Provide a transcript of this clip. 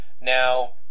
Now